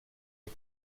est